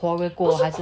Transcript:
quarrel 过还是